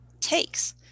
takes